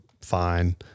fine